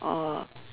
or